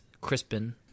Crispin